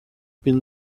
been